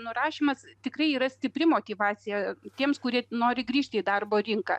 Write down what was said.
nurašymas tikrai yra stipri motyvacija tiems kurie nori grįžti į darbo rinką